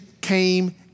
came